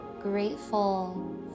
grateful